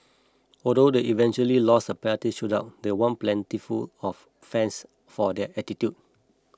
although they eventually lost the penalty shootout they won plenty of fans for their attitude